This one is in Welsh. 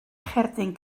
cherdyn